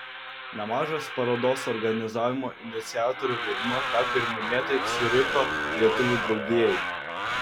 nemažas parodos organizavimo iniciatorių vaidmuo teko ir minėtai ciuricho lietuvių draugijai